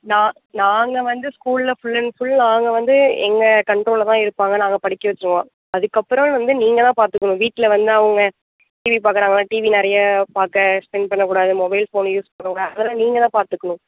நா நாங்கள் வந்து ஸ்கூலில் ஃபுல் அண்ட் ஃபுல் நாங்கள் வந்து எங்கள் கண்ட்ரோலில் தான் இருப்பாங்க நாங்கள் படிக்க வச்சிடுவோம் அதுக்கப்புறோம் வந்து நீங்கள் தான் பார்த்துக்கணும் வீட்டில் வந்து அவங்க டீவி பார்க்குறாங்களா டீவி நிறையா பார்க்க ஸ்பென்ட் பண்ண கூடாது மொபைல் ஃபோன் யூஸ் பண்ண கூடாது அதெலாம் நீங்கள் தான் பார்த்துக்குணும்